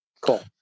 cool